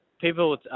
People